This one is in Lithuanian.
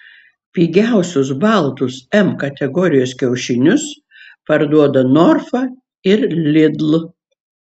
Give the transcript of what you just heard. pigiausius baltus m kategorijos kiaušinius parduoda norfa ir lidl